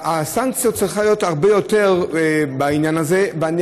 הסנקציה בעניין הזה צריכה להיות הרבה יותר.